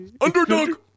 Underdog